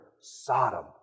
Sodom